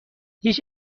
هیچ